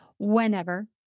Whenever